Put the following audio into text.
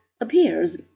appears